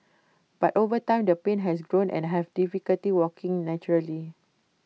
but over time the pain has grown and I have difficulty walking naturally